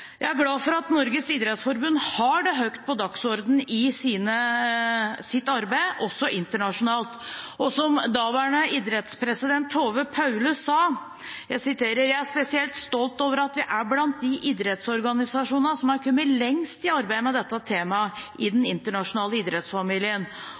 Jeg er glad for at Norges idrettsforbund har det høyt på dagsordenen i sitt arbeid, også internasjonalt. Som daværende idrettspresident Tove Paule sa: «Jeg er spesielt stolt over at vi er blant de idrettsorganisasjonene som er kommet lengst med dette temaet i den